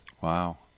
Wow